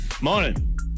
morning